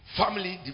family